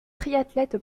triathlète